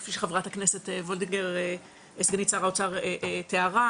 כפי שסגנית שר האוצר וולדיגר תיארה,